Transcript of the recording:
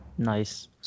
Nice